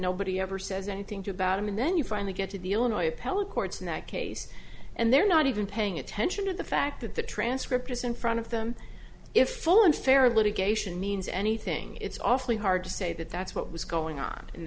nobody ever says anything to about him and then you finally get to the illinois appellate courts in that case and they're not even paying attention to the fact that the transcript is in front of them if full and fair litigation means anything it's awfully hard to say that that's what was going on in